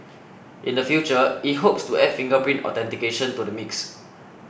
in the future it hopes to add fingerprint authentication to the mix